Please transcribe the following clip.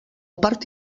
part